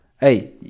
hey